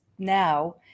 now